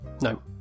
No